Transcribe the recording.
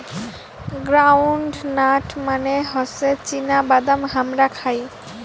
ground nut মানে হসে চীনা বাদাম হামরা খাই